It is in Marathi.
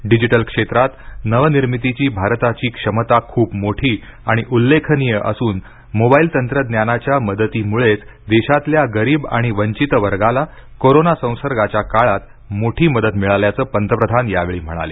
डिजिटल क्षेत्रात नवनिर्मितीची भारताची क्षमता खूप मोठी आणि उल्लेखनीय असून मोबाईल तंत्रज्ञानाच्या मदतीमुळेच देशातल्या गरीब आणि वंचित वर्गाला कोरोना संसर्गाच्या काळात मोठी मदत मिळाल्याचं पंतप्रधान यावेळी म्हणाले